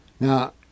Now